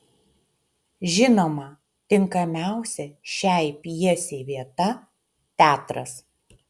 žinoma tinkamiausia šiai pjesei vieta teatras